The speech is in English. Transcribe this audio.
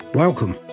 Welcome